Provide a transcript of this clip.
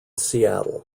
seattle